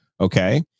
Okay